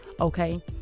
Okay